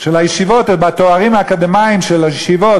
של הישיבות ובתארים האקדמיים של הישיבות